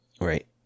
Right